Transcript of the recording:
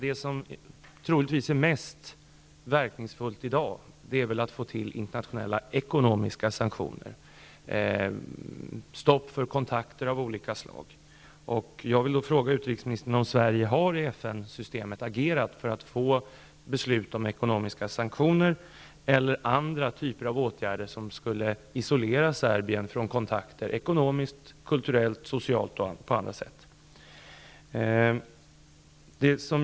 Det som troligtvis är mest verkningsfullt i dag är väl att få till stånd internationella ekonomiska sanktioner, dvs. ett stopp för kontakter av olika slag. Har Sverige i FN systemet agerat för att få till stånd beslut om ekonomiska sanktioner eller andra typer av åtgärder som skulle isolera Serbien från kontakter ekonomiskt, kulturellt, socialt och på andra sätt?